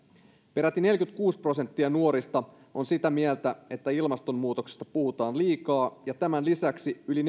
peräti neljäkymmentäkuusi prosenttia nuorista on sitä mieltä että ilmastonmuutoksesta puhutaan liikaa ja tämän lisäksi yli